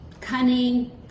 Cunning